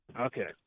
Okay